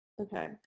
Okay